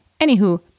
Anywho